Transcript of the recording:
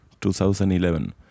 2011